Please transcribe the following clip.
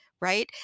Right